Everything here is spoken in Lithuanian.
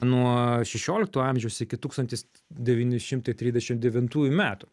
nuo šešiolikto amžiaus iki tūkstantis devyni šimtai trisdešim devintųjų metų